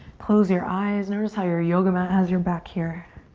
close your eyes. notice how your yoga mat has your back here.